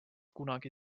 kunagi